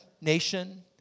nation